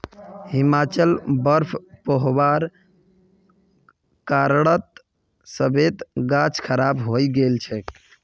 हिमाचलत बर्फ़ पोरवार कारणत सेबेर गाछ खराब हई गेल छेक